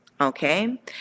Okay